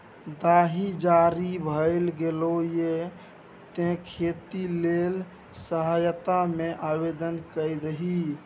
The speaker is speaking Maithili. दाही जारी भए गेलौ ये तें खेती लेल सहायता मे आवदेन कए दही